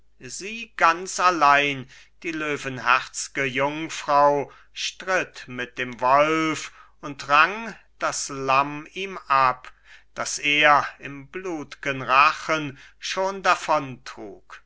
sie ganz allein die löwenherzge jungfrau stritt mit dem wolf und rang das lamm ihm ab das er im blutgen rachen schon